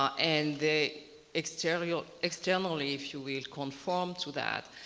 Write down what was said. um and they externally ah externally if you will conformed to that.